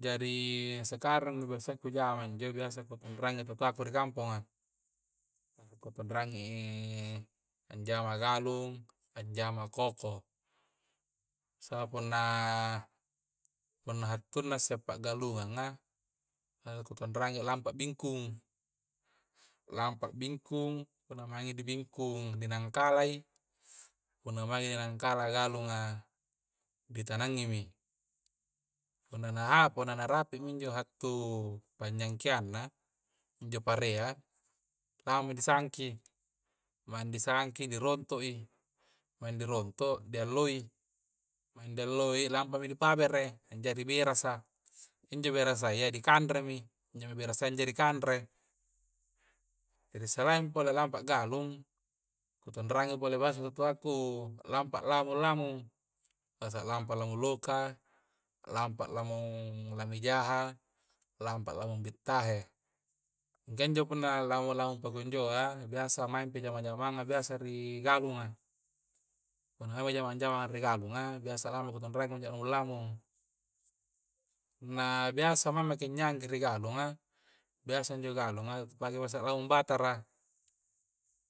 Jari sekarang biasa ku jamang injo biasa kutonrangi to toaku ri kampongan, na nu kutongrangi i anjama galung, anjama koko. sapunna hantunna isse pagalunganga angkontondrangi lampa bingkung lampa bingkung punna maengi dibingkung naningkalai punna maeng nangkala galunga ri tanangi mi punna na hapo na rapi' mi injo hattu panyengkayyana injo parea, laomi di sangki, maeng di sangki di ronto'i maeng dironto' dialloi maeng dialloi lampami ri pabere anjari berasa injo berasa ya dikanre mi, injo berasa ya dikanre. jadi salaing pole lampa a' galung kutundarngi pole biasa tu toaku a lampa lamu-lamung biasa lampa a lamu loka' lampa lamung lame jaha, lampa lamung bittahe. mingka injo punna lamu-lamung pakunjoa biasa maengpi jamang-jamang ri galunga punna maeng jama-jamang ri gallunga biasa lamu kutondrangi jarung lamung na biasa maeng maki nyangkere ri galunga biasa injo galunga palagi masa raung bakara,